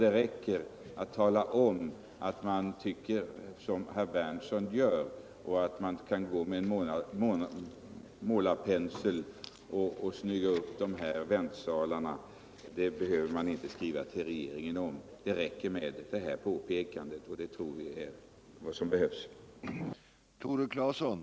Det räcker att vi talar om att vi tycker som herr Berndtson på den punkten. Att SJ bör ta fram målarpenseln och snygga upp väntsalarna behöver man inte skriva till regeringen om. Vi tror att det räcker med detta påpekande.